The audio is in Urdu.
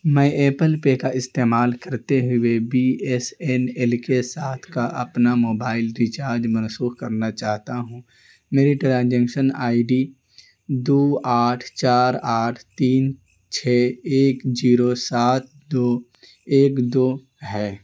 میں ایپل پے کا استعمال کرتے ہوئے بی ایس این ایل کے ساتھ کا اپنا موبائل ریچارج منسوخ کرنا چاہتا ہوں میری ٹرانزیکشن آئی ڈی دو آٹھ چار آٹھ تین چھ ایک زیرو سات دو ایک دو ہے